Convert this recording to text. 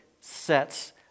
sets